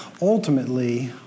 ultimately